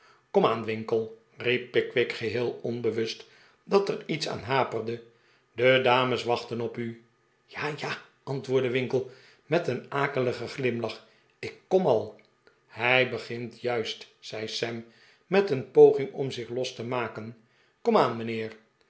komaan winkle riep pickwick geheel onbewust dat er iets aan haperde de dames wachten op u ja ja antwoordde winkle met een akeligen glimlach ik kom al hij begint juist zei sam met een poging om zich los te maken komaari